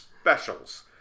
specials